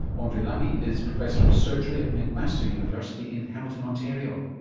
andre lamy is professor of surgery at mcmaster university in hamilton ontario.